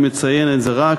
אני מציין את זה רק,